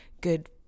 Good